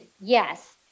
yes